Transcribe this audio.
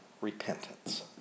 repentance